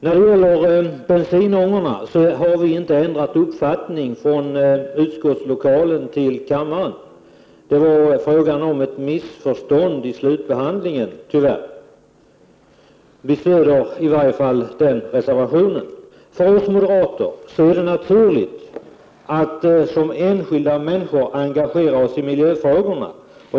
När det gäller reservationen om bensinångor har vi inte ändrat uppfattning från utskottslokalen till kammaren. Det var tyvärr fråga om ett missförstånd vid slutbehandlingen i utskottet — vi stöder den reservationen. För oss moderater är det naturligt att som enskilda människor engagera oss i miljöfrågor.